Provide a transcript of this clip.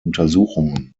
untersuchungen